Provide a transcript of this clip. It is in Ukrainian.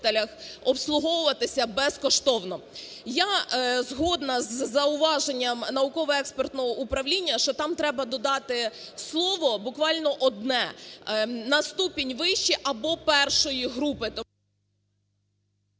обслуговуватися безкоштовно. Я згодна з зауваженням Науково-експертного управління, що там треба додати слово буквально одне "на ступінь вище або І групи".